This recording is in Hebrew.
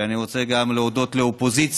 ואני רוצה גם להודות לאופוזיציה,